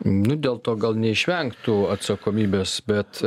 nu dėl to gal neišvengtų atsakomybės bet